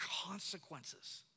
consequences